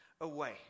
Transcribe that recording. away